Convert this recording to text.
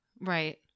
Right